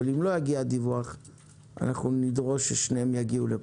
אבל אם לא יגיע דיווח אנחנו נדרוש ששניהם יגיעו לכאן.